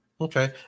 Okay